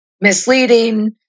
misleading